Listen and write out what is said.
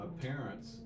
parents